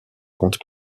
compte